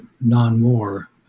non-war